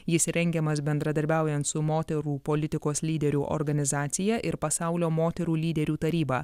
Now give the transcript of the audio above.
jis rengiamas bendradarbiaujant su moterų politikos lyderių organizacija ir pasaulio moterų lyderių taryba